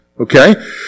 okay